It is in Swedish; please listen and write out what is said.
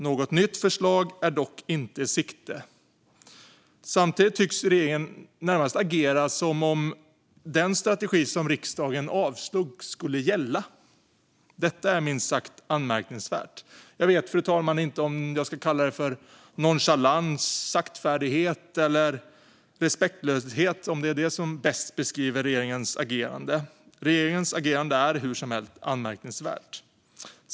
Något nytt förslag är dock inte i sikte. Samtidigt tycks regeringen agera närmast som om den strategi som riksdagen avslog skulle gälla. Detta är minst sagt anmärkningsvärt. Jag vet, fru talman, inte om nonchalans, saktfärdighet eller respektlöshet är det som bäst beskriver regeringens agerande. Regeringens agerande är hur som helst anmärkningsvärt.